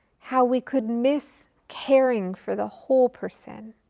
how we could miss caring for the whole person.